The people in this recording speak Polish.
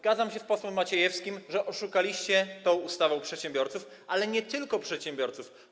Zgadzam się z posłem Maciejewskim: oszukaliście tą ustawą przedsiębiorców, ale nie tylko przedsiębiorców.